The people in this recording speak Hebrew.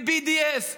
ב-BDS,